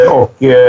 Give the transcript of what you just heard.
och